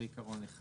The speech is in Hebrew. זה עיקרון אחד.